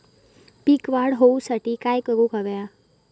पीक वाढ होऊसाठी काय करूक हव्या?